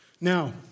Now